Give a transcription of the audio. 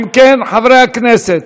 אם כן, חברי הכנסת,